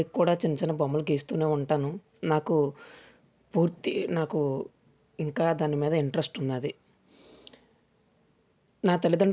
పైగా అప్పుడే పుట్టిన పిల్లలను మనం చాలా జాగ్రత్తగా చూసుకోవాలి వాళ్ళని ఎక్కడపడితే అక్కడ పడుకోబెట్టడాలు ఏది పడితే అది తినిపించడాలు చేయకూడదు